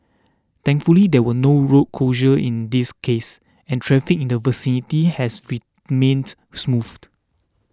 thankfully there were no road closure in this case and traffic in the vicinity has feet remained smooth